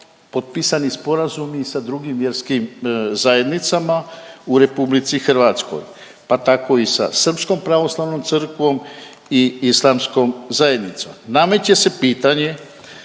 potpisani sporazumi i sa drugim vjerskim zajednicama u RH pa tako i sa Srpskom pravoslavnom crkvom i islamskom zajednicom. Nameće se pitanje